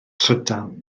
trydan